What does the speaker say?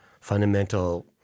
fundamental